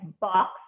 box